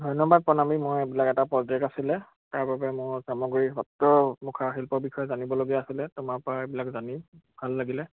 ধন্যবাদ প্ৰণামী মই এইবিলাক এটা প্ৰজেক্ট আছিলে তাৰ বাবে মোৰ চামুগুৰী সত্ৰ মুখাশিল্পৰ বিষয়ে জানিবলগীয়া আছিলে তোমাৰ পৰা এইবিলাক জানি ভাল লাগিলে